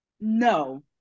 No